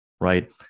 right